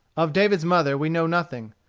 of david's mother we know nothing.